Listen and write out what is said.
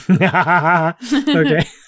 Okay